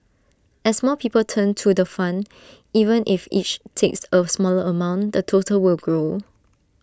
as more people turn to the fund even if each takes A smaller amount the total will grow